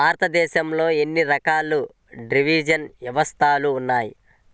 భారతదేశంలో ఎన్ని రకాల డ్రైనేజ్ వ్యవస్థలు ఉన్నాయి?